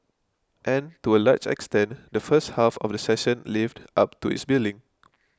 and to a large extent the first half of the session lived up to its billing